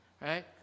right